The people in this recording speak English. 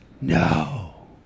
No